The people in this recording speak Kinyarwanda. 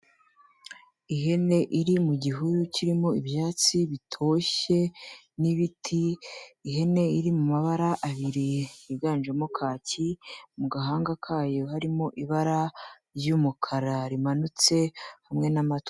Ihene iri mu gihuru kirimo ibyatsi bitoshye, n'ibiti, ihene iri mu mabara abiri yiganjemo kaki, mu gahanga kayo harimo ibara ry'umukara rimanutse, hamwe n'amatwi.